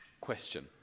question